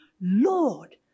Lord